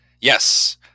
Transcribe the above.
Yes